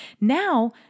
Now